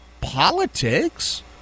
politics